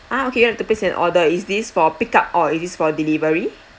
ah okay you want to place an order is this for pick up or is it for delivery